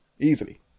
Easily